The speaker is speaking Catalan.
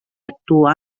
actua